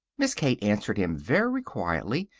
miss kate answered him very quietly,